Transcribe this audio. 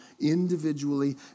individually